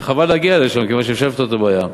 וחבל להגיע לשם, מכיוון שאפשר לפתור את הבעיה.